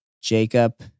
Jacob